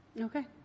okay